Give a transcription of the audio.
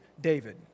David